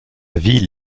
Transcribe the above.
ville